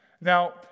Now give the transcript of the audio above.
Now